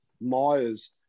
Myers